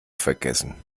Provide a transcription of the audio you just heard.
vergessen